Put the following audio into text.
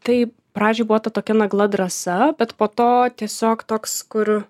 tai pradžioj buvo ta tokia nagla drąsa bet po to tiesiog toks kur